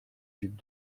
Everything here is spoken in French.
duc